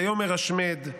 ויאמר השמד,